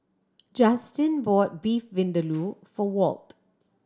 Juston bought Beef Vindaloo for Walt